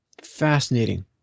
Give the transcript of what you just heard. Fascinating